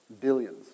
Billions